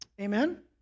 Amen